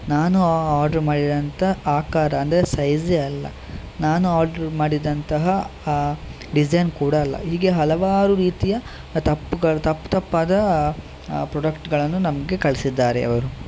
ನಾನು ಆರ್ಡರ್ ಮಾಡಿದಂಥ ಆಕಾರ ಅಂದರೆ ಸೈಝೆ ಅಲ್ಲ ನಾನು ಆಡ್ರ್ ಮಾಡಿದಂತಹ ಆ ಡಿಸೈನ್ ಕೂಡ ಅಲ್ಲ ಹೀಗೆ ಹಲವಾರು ರೀತಿಯ ತಪ್ಪುಗಳು ತಪ್ಪು ತಪ್ಪು ಆದ ಪ್ರೊಡಕ್ಟ್ಗಳನ್ನು ನಮಗೆ ಕಳಿಸಿದ್ದಾರೆ ಅವರು